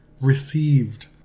received